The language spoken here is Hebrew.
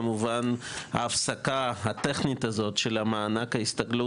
כמובן ההפסקה הטכנית הזו של מענק ההסתגלות.